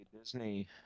Disney